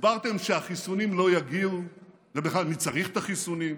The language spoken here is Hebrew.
הסברתם שהחיסונים לא יגיעו ובכלל מי צריך את החיסונים,